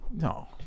No